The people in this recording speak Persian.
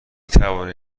توانید